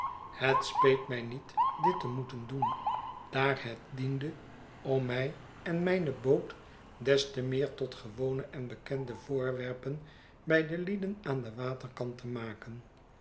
het speet mij niet dit te moeten doen daar het diende om mij en mijne boot des te meer tot gewone en bekende voorwerpen bij de lieden aan den waterkant te maken